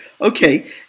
Okay